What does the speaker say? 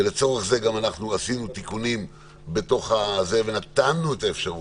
ולצורך זה גם עשינו תיקונים ונתנו את האפשרות,